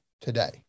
today